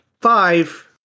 five